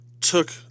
took